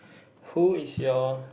who is your